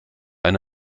eine